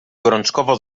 gorączkowo